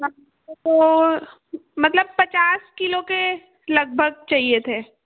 तो मतलब पचास किलो के लगभग चाहिए थे